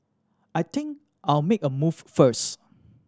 I think I'll make a move first